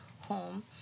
home